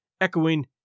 echoing